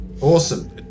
Awesome